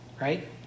right